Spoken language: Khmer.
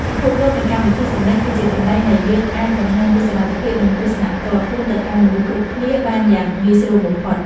ពិភពលោកនៃកម្មវិធីសំឡេងគឺជាកន្លែងដែលយើងអាចបង្ហាញពីសមត្ថភាពនិងទស្សនៈផ្ទាល់ខ្លួនទៅកាន់មនុស្សគ្រប់គ្នាបានយ៉ាងងាយស្រួលបំផុត។